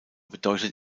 bedeutet